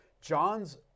John's